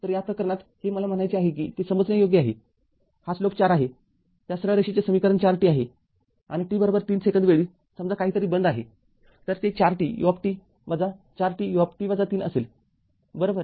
तर या प्रकरणात हे मला म्हणायचे आहे की ते समजण्यायोग्य आहे हा स्लोप ४ आहे त्या सरळ रेषेचे समीकरण ४t आहे आणि t३ सेकंद वेळी समजा काहीतरी बंद आहे तर ते ४t u ४t ut ३ असेल बरोबर